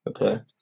okay